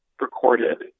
recorded